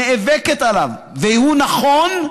נאבקת עליו והוא נכון,